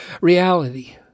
reality